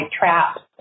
traps